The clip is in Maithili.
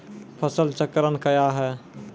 फसल चक्रण कया हैं?